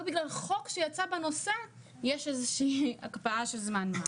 רק בגלל חוק שיצא בנושא יש הקפאה של זמן.